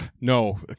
No